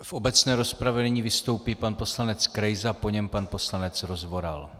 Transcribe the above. V obecné rozpravě nyní vystoupí pan poslanec Krejza, po něm pan poslanec Rozvoral.